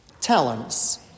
talents